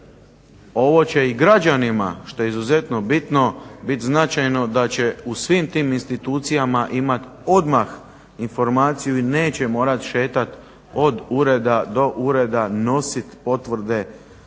ovo će i građanima što je izuzetno bitno biti značajno da će u svim tim institucijama imati odmah informaciju i neće morati šetati od ureda do ureda, nositi potvrde.